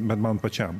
bent man pačiam